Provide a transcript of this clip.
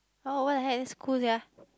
oh what the heck is cool sia